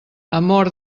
amor